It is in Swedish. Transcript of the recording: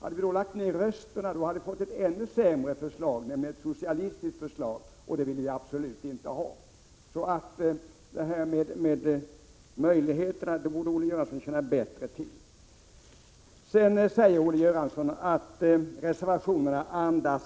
Hade vi lagt ner vår röst hade ett ännu sämre förslag antagits, nämligen ett socialistiskt, och det ville vi absolut inte ha. Så våra möjligheter borde Olle Göransson känna bättre till. Olle Göransson säger också att reservationerna inte andas